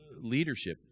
leadership